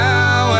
Now